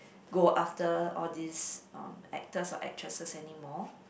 go after all these um actors or actresses anymore